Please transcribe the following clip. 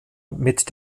mit